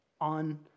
on